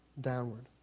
downward